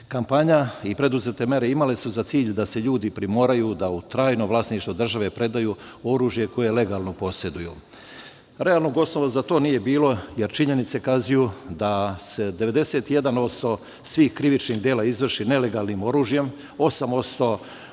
vlasnika. Kampanja i preduzete mere imale su za cilj da se ljudi primoraju da u trajno vlasništvo države predaju oružje koje legalno poseduju. Realnog osnova za to nije bilo, jer činjenice ukazuju da se 91% svih krivičnih dela izvrši nelegalnim oružjem, 8%